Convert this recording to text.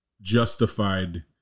justified